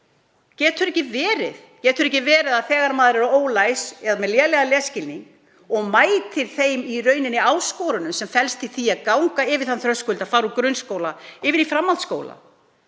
Getur ekki verið að þegar maður er ólæs eða með lélegan lesskilning, og mætir þeim áskorunum sem felast í því að ganga yfir þann þröskuld að fara úr grunnskóla yfir í framhaldsskóla,